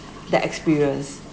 that experience